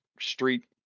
street